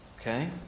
Okay